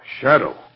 Shadow